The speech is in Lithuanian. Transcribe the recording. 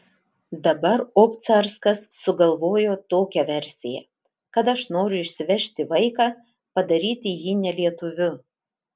dabar obcarskas sugalvojo tokią versiją kad aš noriu išsivežti vaiką padaryti jį ne lietuviu